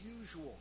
usual